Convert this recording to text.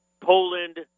Poland